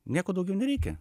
nieko daugiau nereikia